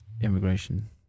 immigration